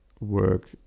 work